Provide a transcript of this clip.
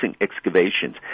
excavations